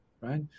right